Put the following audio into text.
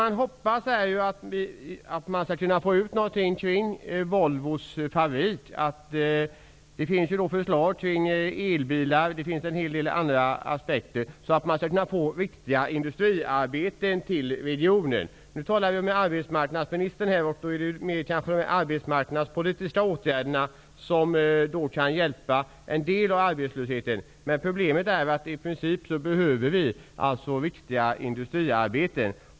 Vi hoppas att det skall gå att få ut någonting av Volvos fabrik. Det finns bl.a. förslag om utveckling och tillverkning av elbilar. På så sätt skulle man kunna få riktiga industriarbeten till regionen. Nu talar vi med arbetsmarknadsministern, och då handlar det mer om de arbetsmarknadspolitiska åtgärder som kan avhjälpa en del av arbetslösheten. Problemet är att vi behöver riktiga industriarbeten.